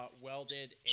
welded